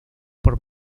por